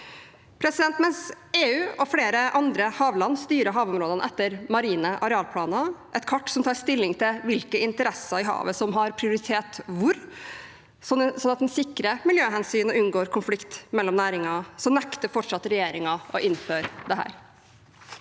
Mens EU og flere andre havland styrer havområdene etter marine arealplaner, et kart som tar stilling til hvilke interesser i havet som har prioritet hvor, sånn at en sikrer miljøhensyn og unngår konflikt mellom næringer, så nekter fortsatt regjeringen å innføre dette.